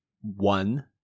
One